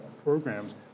programs